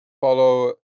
follow